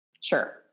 Sure